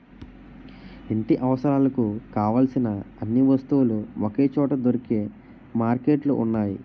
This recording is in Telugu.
ఇంటి అవసరాలకు కావలసిన అన్ని వస్తువులు ఒకే చోట దొరికే మార్కెట్లు ఉన్నాయి